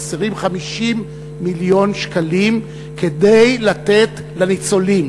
חסרים 50 מיליון שקלים כדי לתת לניצולים,